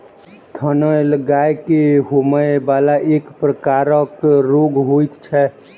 थनैल गाय के होमय बला एक प्रकारक रोग होइत छै